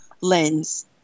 lens